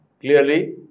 clearly